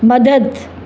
मदद